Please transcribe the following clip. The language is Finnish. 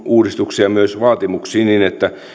uudistuksia myös vaatimuksiin niin että